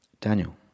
Daniel